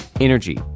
energy